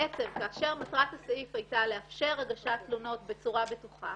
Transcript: בעצם כאשר מטרת הסעיף היתה לאפשר הגשת תלונות בצורה בטוחה,